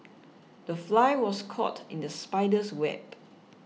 the fly was caught in the spider's web